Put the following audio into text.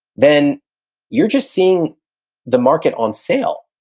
then you're just seeing the market on sale.